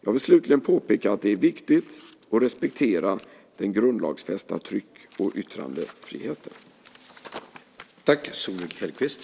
Jag vill slutligen påpeka att det är viktigt att respektera den grundlagsfästa tryck och yttrandefriheten.